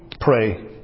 pray